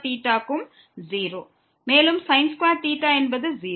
மேலும் என்பது 0